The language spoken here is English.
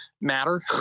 matter